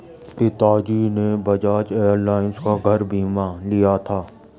पिताजी ने बजाज एलायंस का घर बीमा लिया था